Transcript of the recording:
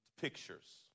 pictures